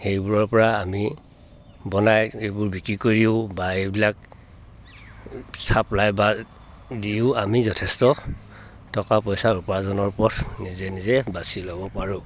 সেইবোৰৰ পৰা আমি বনাই এইবোৰ বিক্ৰী কৰিও বা এইবিলাক চাপলাই বা দিও আমি যথেষ্ট টকা পইচা উপাৰ্জনৰ পথ নিজে নিজে বাচি ল'ব পাৰোঁ